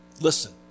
listen